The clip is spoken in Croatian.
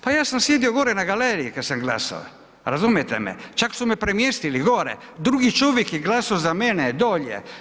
Pa ja sam sjedio gore na galeriji kada sam glasao, razumijete me, čak su me premjestili gore, drugi čovjek je glasao za mene dolje.